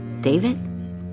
David